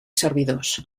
servidors